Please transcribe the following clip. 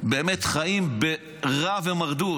באמת חיים ברעב ומרדות.